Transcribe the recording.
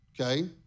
okay